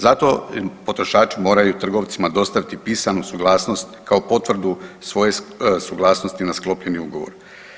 Zato potrošači moraju trgovcima dostaviti pisanu suglasnost kao potvrdu svoje suglasnosti na sklopljeni ugovor.